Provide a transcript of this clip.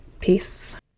Peace